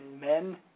men